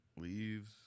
leaves